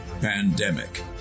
Pandemic